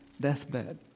deathbed